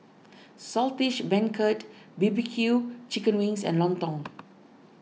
Saltish Beancurd B B Q Chicken Wings and Lontong